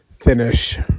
finish